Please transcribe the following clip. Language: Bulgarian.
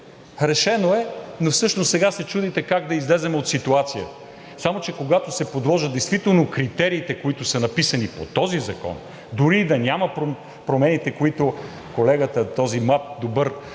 Решено е, но всъщност сега се чудите как да излезем от ситуацията. Само че, когато се приложат действително критериите, които са написани по този закон, дори и да ги няма промените, които колегата – този млад, добър